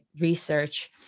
research